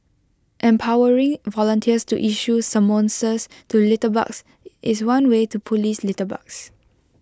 empowering volunteers to issue summonses to litterbugs is one way to Police litterbugs